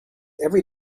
every